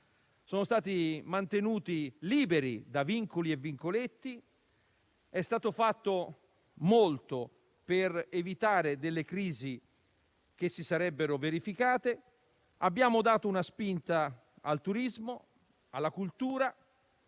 Sono stati mantenuti liberi da vincoli e vincoletti; è stato fatto molto per evitare delle crisi che si sarebbero verificate. Abbiamo dato una spinta al turismo e alla cultura;